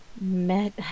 met